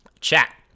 Chat